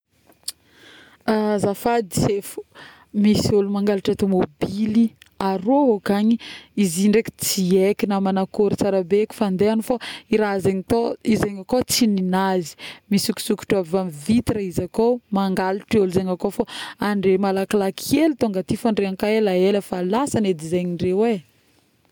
azafady misy ôlo mangalatra tômobily arô akagny, izy ndraiky tsy haiky na manakory tsara be eky fendehagny fô, iy raha zegny tô izy igny koa tsy ninazy, misokosokotra avy amin'ny vitre izy akao, mangalatra ôlo zegny akao fô andre malakilaky hely tonga aty fa ndre ka elaela efa lasagny edy zegny ndreo e